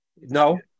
No